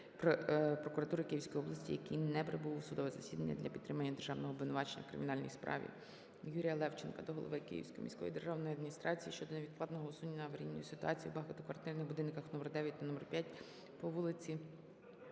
Прокуратури Київської області, який не прибув у судове засідання для підтримання державного обвинувачення у кримінальній справі. Юрія Левченка до голови Київської міської державної адміністрації щодо невідкладного усунення аварійної ситуації у багатоквартирних будинках №9 та №5 на вулиці